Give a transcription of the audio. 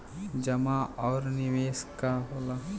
जमा और निवेश का होला?